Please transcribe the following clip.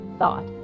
Thought